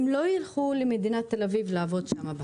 הם לא ילכו למדינת תל אביב לעבוד שם,